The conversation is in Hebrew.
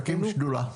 תקימו שדולה.